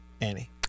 Annie